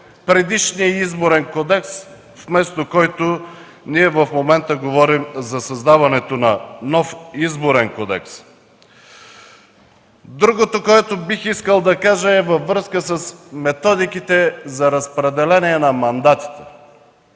предишният Изборен кодекс, поради което ние в момента говорим за създаването на нов Изборен кодекс. Другото, което бих искал да кажа, е във връзка с методиките за разпределение на мандатите.